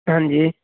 ਹਾਂਜੀ